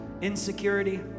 insecurity